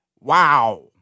Wow